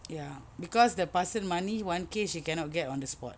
ya cause the person money one K she cannot get on the spot